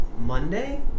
Monday